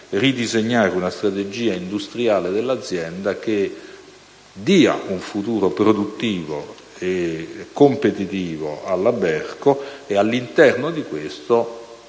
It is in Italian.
ridisegnare una strategia industriale dell'azienda che dia un futuro produttivo e competitivo alla Berco; all'interno di questa